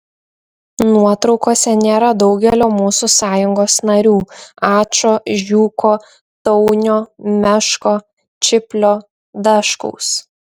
nuotraukose nėra daugelio mūsų sąjungos narių ačo žiūko taunio meško čiplio daškaus